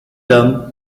them